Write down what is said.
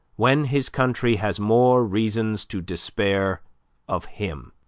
when his country has more reasons to despair of him.